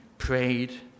prayed